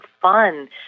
fun